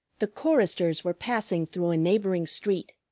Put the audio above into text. the choristers were passing through a neighboring street,